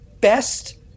best